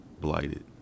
blighted